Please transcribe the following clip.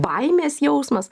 baimės jausmas